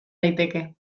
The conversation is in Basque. daiteke